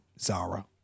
Zara